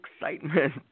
excitement